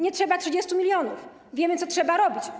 Nie trzeba 30 mln, wiemy, co trzeba robić.